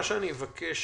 מה שאני מבקש